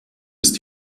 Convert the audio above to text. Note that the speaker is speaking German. ist